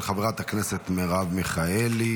של חברת הכנסת מרב מיכאלי.